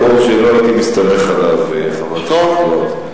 זה מקור שלא הייתי מסתמך עליו, חברת הכנסת זוארץ.